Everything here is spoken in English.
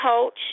coach